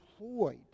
employed